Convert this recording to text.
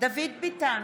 דוד ביטן,